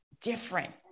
different